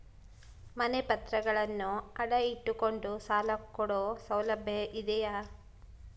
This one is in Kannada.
ಮನೆ ಪತ್ರಗಳನ್ನು ಅಡ ಇಟ್ಟು ಕೊಂಡು ಸಾಲ ಕೊಡೋ ಸೌಲಭ್ಯ ಇದಿಯಾ?